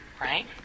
right